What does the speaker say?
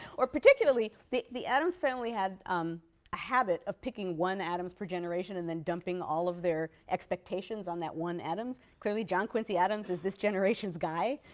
or particularly the the adams family had um a habit of picking one adams per generation and then dumping all of their expectations on that one adams. clearly, john quincy adams is this generation's guy,